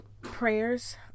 prayers